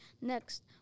Next